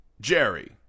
Jerry